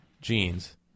jeans